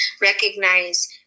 recognize